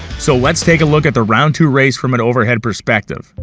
so let's take a look at the round two race from an overhead perspective.